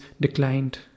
declined